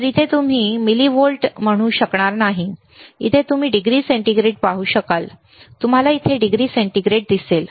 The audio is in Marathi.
तर इथे तुम्ही मिलिव्होल्ट म्हणू शकणार नाही इथे तुम्ही डिग्री सेंटीग्रेड पाहू शकाल तुम्हाला इथे डिग्री सेंटीग्रेड दिसेल